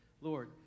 Lord